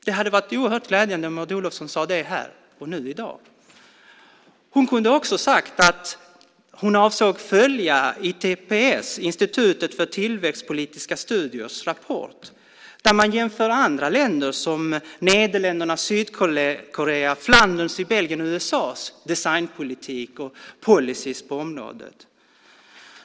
Det hade varit glädjande om Maud Olofsson hade sagt det här i dag. Hon kunde också ha sagt att hon avsåg att följa Institutet för tillväxtpolitiska studiers, ITPS, rapport. Där jämför man Nederländerna, Sydkorea, Flandern i Belgien och USA och deras politik på området.